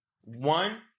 one